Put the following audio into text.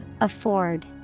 afford